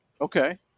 Okay